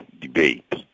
debate